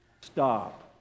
stop